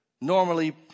normally